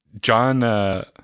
John